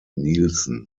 nilsen